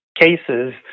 cases